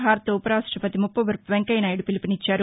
భారత ఉప రాష్టపతి ముప్పవరపు వెంకయ్యనాయుడు పీలుపునిచ్చారు